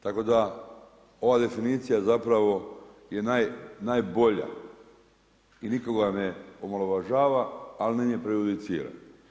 Tako da ova definicija je zapravo je najbolja i nikoga ne omalovažava ali ni ne prejudicira.